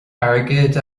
airgead